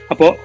Apo